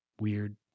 weird